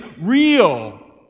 real